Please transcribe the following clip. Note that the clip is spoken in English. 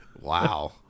wow